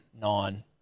Nine